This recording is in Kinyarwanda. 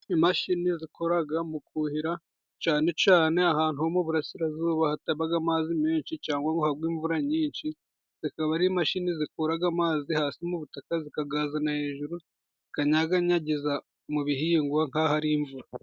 Imashini zikoraga mu kuhira, cane cane ahantu ho mu burasirazuba hatabaga amazi menshi, cyangwa cangwa ngo hagwe imvura nyinshi, zikaba ari imashini zikuraga amazi hasi mu butaka zikagazana hejuru, zikaganyanyagiza mu bihingwa nk'aho imvura.